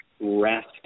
rest